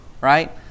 right